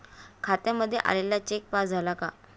खात्यामध्ये आलेला cheque pass झाला का?